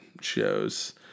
shows